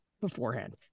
beforehand